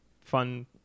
fun